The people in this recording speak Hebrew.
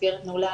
מסגרת נעולה,